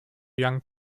young